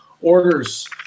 orders